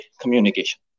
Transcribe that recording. communication